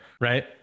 right